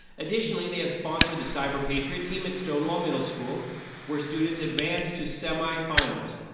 additionally, they have sponsored the cyberpatriot team at stonewall middle school where students advanced to semi-finals,